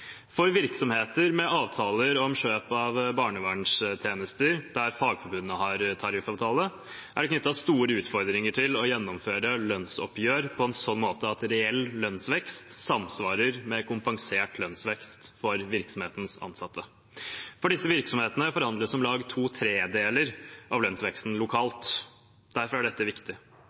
For virksomheter med avtale om kjøp av barnevernstjenester, der Fagforbundet har tariffavtale, er det knyttet store utfordringer til å gjennomføre lønnsoppgjør på en sånn måte at reell lønnsvekst samsvarer med kompensert lønnsvekst for virksomhetens ansatte. For disse virksomhetene forhandles om lag to tredjedeler av lønnsveksten lokalt. Derfor er dette viktig.